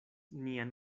nian